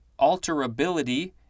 alterability